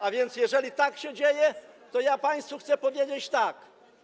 A więc jeżeli tak się dzieje, to ja państwu chcę powiedzieć tak.